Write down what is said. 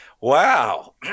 Wow